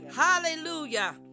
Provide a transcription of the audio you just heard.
hallelujah